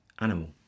animal